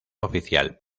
oficial